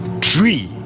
tree